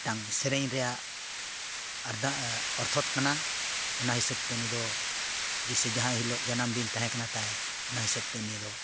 ᱢᱤᱫᱴᱟᱱ ᱥᱮᱨᱮᱧ ᱨᱮᱭᱟᱜ ᱟᱨᱫᱟᱜᱼᱟ ᱚᱨᱛᱷᱚᱛ ᱠᱟᱱᱟ ᱚᱱᱟ ᱦᱤᱥᱟᱹᱵ ᱛᱮ ᱩᱱᱤ ᱫᱚ ᱡᱮᱥᱮ ᱡᱟᱦᱟᱸ ᱦᱤᱞᱳᱜ ᱡᱟᱱᱟᱢ ᱫᱤᱱ ᱛᱟᱦᱮᱸ ᱠᱟᱱᱟ ᱛᱟᱭ ᱚᱱᱟ ᱦᱤᱥᱟᱹᱵ ᱛᱮ ᱩᱱᱤ ᱫᱚ